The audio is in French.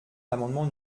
l’amendement